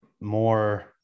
more